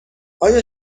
آیا